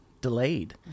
delayed